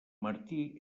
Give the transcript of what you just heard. martí